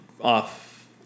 off